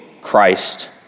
Christ